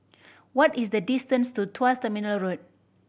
what is the distance to Tuas Terminal Road